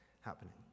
happening